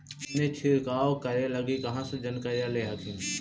अपने छीरकाऔ करे लगी कहा से जानकारीया ले हखिन?